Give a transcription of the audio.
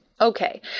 Okay